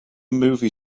movie